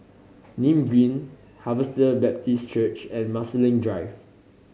Nim Green Harvester Baptist Church and Marsiling Drive